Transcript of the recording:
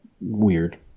weird